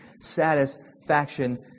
satisfaction